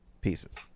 pieces